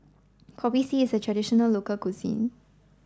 Kopi C is a traditional local cuisine